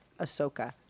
Ahsoka